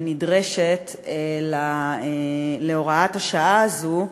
נדרשת להוראת השעה הזו,